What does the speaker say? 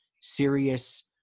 serious